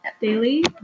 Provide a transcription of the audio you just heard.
daily